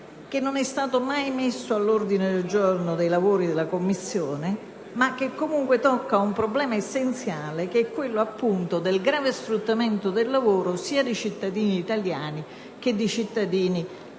che non è mai stato messo all'ordine del giorno dei lavori della Commissione, ma che comunque tocca un problema essenziale, che è quello appunto del grave sfruttamento del lavoro dei cittadini sia italiani sia stranieri.